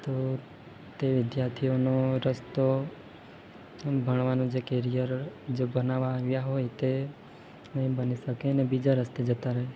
તો તે વિદ્યાર્થીઓનો રસ્તો એમ ભણવાનું જે કેરિયર જો બનાવા આવ્યા હોય તે ન બની શકેને બીજા રસ્તે જતાં રહે